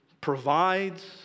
provides